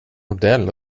modell